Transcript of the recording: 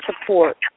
support